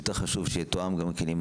יותר חשוב שיתואם גם כן עם